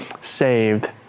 saved